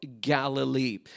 Galilee